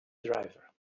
driver